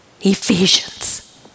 Ephesians